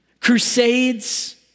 crusades